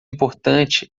importante